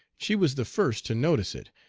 she was the first to notice it,